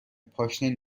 پاشنه